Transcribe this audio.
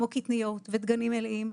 כמו קטניות ודגנים מלאים,